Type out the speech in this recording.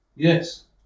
Yes